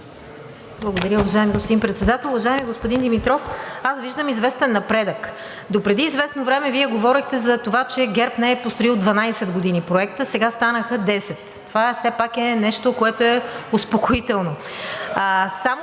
Благодаря, уважаеми господин Председател. Уважаеми господин Димитров, аз виждам известен напредък. Допреди известно време Вие говорехте за това, че ГЕРБ не е построил 12 години проекта, сега станаха 10. Това все пак е нещо, което е успокоително.